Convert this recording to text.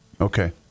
Okay